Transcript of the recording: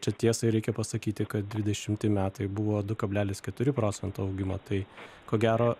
čia tiesai reikia pasakyti kad dvidešimti metai buvo du kablelis keturi procento augimo tai ko gero